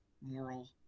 moral